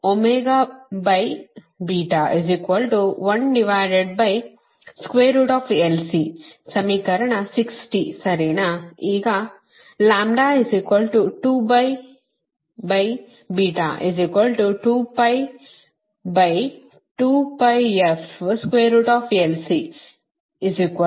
ಆದ್ದರಿಂದ ಸಮೀಕರಣ 60 ಸರಿನಾ